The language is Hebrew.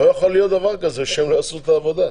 לא יכול להיות דבר כזה שהן לא עושות את העבודה.